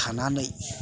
थानानै